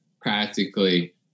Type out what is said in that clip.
practically